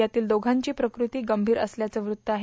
यातील दोघांची प्रकृती गंभीर असल्याचं वृत्त आहे